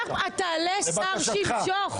תעלה שר שימשוך.